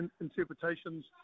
interpretations